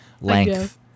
length